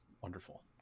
wonderful